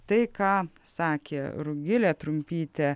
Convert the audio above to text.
tai ką sakė rugilė trumpytė